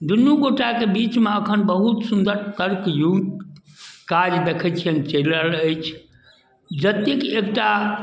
दुनू गोटा कऽ बीचमे एखन बहुत सुन्दर तर्कयुक्त काज देखैत छिअनि चलि रहल अछि जतेक एकटा